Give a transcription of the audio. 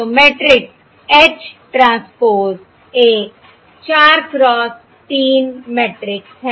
तो matrix H transpose एक 4 cross 3 matrix है